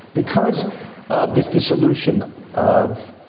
because of this dissolution of